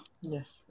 Yes